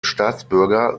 staatsbürger